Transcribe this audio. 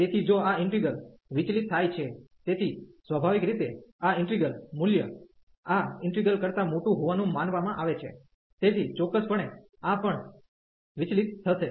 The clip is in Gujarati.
તેથી જો આ ઈન્ટિગ્રલ વિચલીત થાય છે તેથી સ્વાભાવિક રીતે આ ઈન્ટિગ્રલ મૂલ્ય આ ઈન્ટિગ્રલ કરતાં મોટું હોવાનું માનવામાં આવે છે તેથી ચોક્કસપણે આ પણ વિચલીત થશે